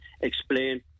explain